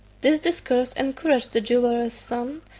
this discourse encouraged the jeweller's son,